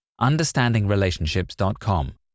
understandingrelationships.com